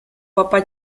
papa